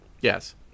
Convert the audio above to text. Yes